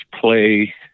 play